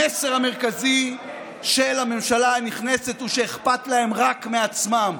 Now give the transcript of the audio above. המסר המרכזי של הממשלה הנכנסת הוא שאכפת להם רק מעצמם.